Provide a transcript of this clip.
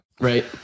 Right